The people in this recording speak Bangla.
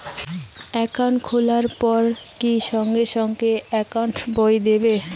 একাউন্ট খুলির পর কি সঙ্গে সঙ্গে একাউন্ট বই দিবে?